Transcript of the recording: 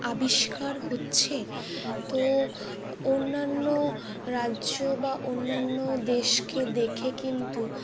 আবিষ্কার হচ্ছে তো অন্যান্য রাজ্য বা অন্যান্য দেশকে দেখে কিন্তু